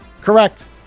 Correct